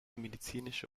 medizinische